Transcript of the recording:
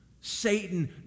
Satan